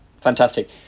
fantastic